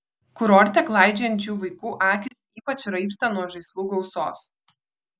kurorte klaidžiojančių vaikų akys ypač raibsta nuo žaislų gausos